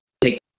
take